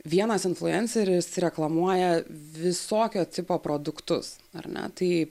vienas influenceris reklamuoja visokio tipo produktus ar ne tai